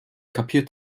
kapiert